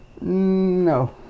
No